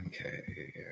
Okay